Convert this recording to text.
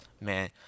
Man